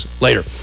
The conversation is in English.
later